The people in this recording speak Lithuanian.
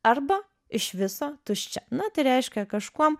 arba iš viso tuščia na tai reiškia kažkuom